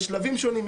יש שלבים שונים,